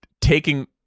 taking